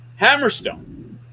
Hammerstone